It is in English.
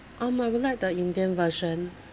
um I would like the indian version